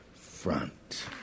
front